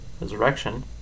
Resurrection